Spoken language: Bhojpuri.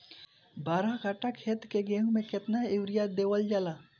बारह कट्ठा खेत के गेहूं में केतना यूरिया देवल जा?